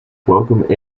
welcome